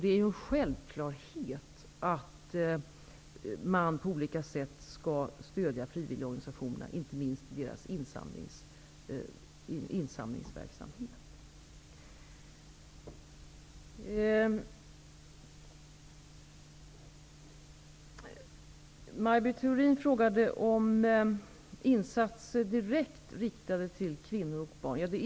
Det är en självklarhet att man på olika sätt skall stödja frivilligorganisationerna, inte minst deras insamlingsverksamhet. Maj Britt Theorin frågade om insatser direkt riktade till kvinnor och barn.